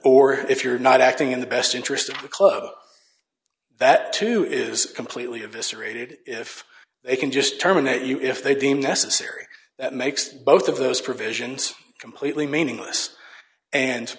or if you're not acting in the best interest of the club that too is completely eviscerated if they can just terminate you if they deem necessary that makes both of those provisions completely meaningless and